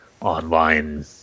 online